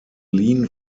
lean